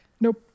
Nope